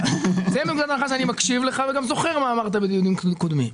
מתוך הנחה שאני מקשיב לך וגם זוכר מה אמרת בדיונים הקודמים.